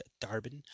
Darbin